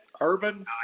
Urban